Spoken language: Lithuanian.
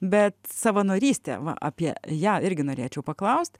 bet savanorystė va apie ją irgi norėčiau paklaust